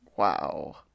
Wow